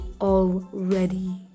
already